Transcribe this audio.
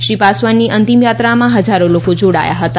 શ્રી પાસવાનની અંતિમયાત્રામાં હજારો લોકો જોડાયા હતા